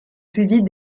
suivis